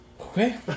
Okay